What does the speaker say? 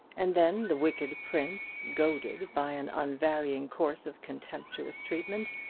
and then the wicked prince, goaded by an unvarying course of contemptuous treatment,